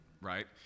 right